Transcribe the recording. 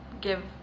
give